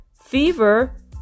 fever